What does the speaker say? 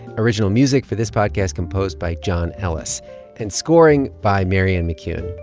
original music for this podcast composed by john ellis and scoring by marianne mccune.